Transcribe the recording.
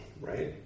right